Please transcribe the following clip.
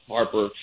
Harper